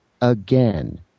again